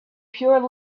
pure